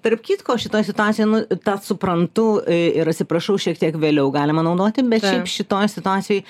tarp kitko šitoj situacijoj nu tą suprantu ir atsiprašau šiek tiek vėliau galima naudoti bet šiaip šitoj situacijoj